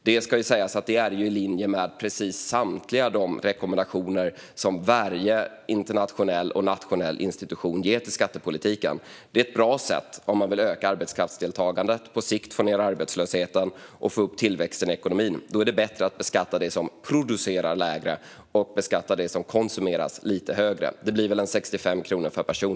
Det ska sägas att det är i linje med samtliga rekommendationer som varje internationell och nationell institution ger till skattepolitiken. Det är ett bra sätt om man vill öka arbetskraftsdeltagandet, på sikt få ned arbetslösheten och få upp tillväxten i ekonomin. Det är då bättre att beskatta det som producerar lägre och beskatta det som konsumeras lite högre. Det blir väl ca 65 kronor per person.